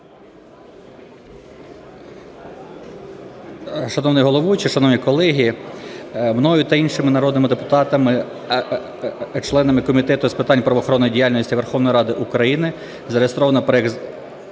Шановний головуючий, шановні колеги! Мною та іншими народними депутатами членами Комітету з питань правоохоронної діяльності Верховної Ради України зареєстровано проект